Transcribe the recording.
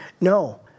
no